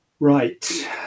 Right